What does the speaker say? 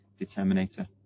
determinator